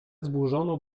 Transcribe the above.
zburzono